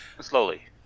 Slowly